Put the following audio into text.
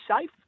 safe